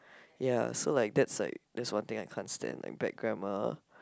ya so like that's like that's one thing I can't stand like bad grammar